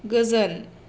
गोजोन